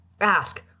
ask